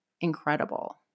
incredible